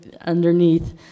underneath